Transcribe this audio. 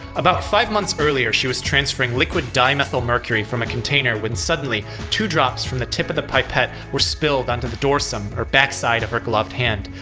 about five months earlier, she was transferring liquid dimethylmercury from a container when suddenly two drops from the tip of the pipette were spilled onto the dorsum, or backside, of her gloved hand.